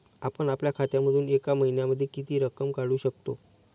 आपण आपल्या खात्यामधून एका महिन्यामधे किती रक्कम काढू शकतो?